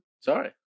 Sorry